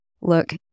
look